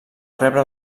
rebre